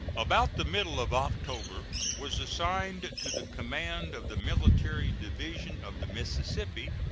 about the middle of october was assigned to the command of the military division of the mississippi,